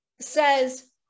says